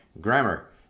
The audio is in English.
grammar